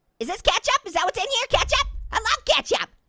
is this ketchup, is that what's in here, ketchup? i love ketchup,